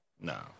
No